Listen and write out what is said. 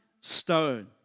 stone